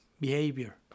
behavior